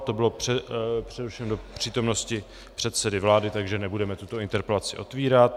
To bylo přerušeno do přítomnosti předsedy vlády, takže nebudeme tuto interpelaci otvírat.